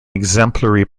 exemplary